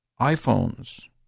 iPhones